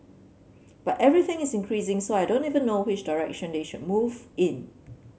but everything is increasing so I don't even know which direction they should move in